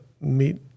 meet